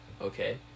Okay